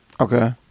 Okay